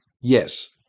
Yes